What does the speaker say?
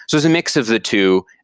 so it's a mix of the two,